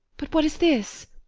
but what is this?